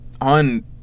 on